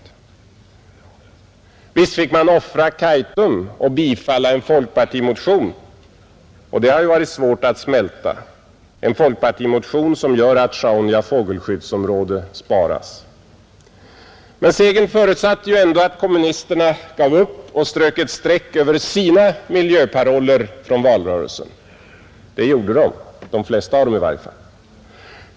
Visst fick man offra Kaitum och bifalla en folkpartimotion, och det har ju varit svårt att smälta, en folkpartimotion som gör att Sjaunja fågelskyddsområde sparas, Men segern förutsatte ju ändå att kommunisterna gav upp och strök ett streck över sina miljöparoller från valrörelsen. Det gjorde de — de flesta av dem i alla fall.